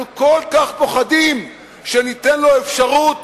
אנחנו כל כך פוחדים שניתן לו אפשרות,